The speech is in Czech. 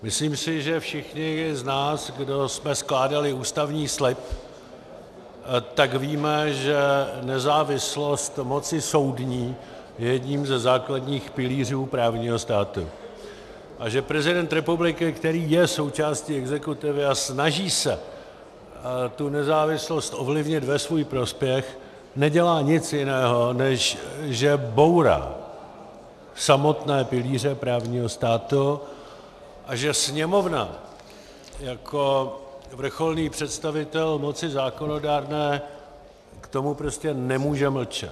Myslím si, že všichni z nás, kdo jsme skládali ústavní slib, víme, že nezávislost moci soudní je jedním ze základních pilířů právního státu a že prezident republiky, který je součástí exekutivy a snaží se tu nezávislost ovlivnit ve svůj prospěch, nedělá nic jiného, než že bourá samotné pilíře právního státu, a že Sněmovna jako vrcholný představitel moci zákonodárné k tomu prostě nemůže mlčet.